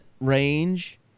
range